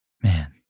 Man